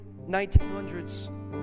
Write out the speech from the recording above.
1900s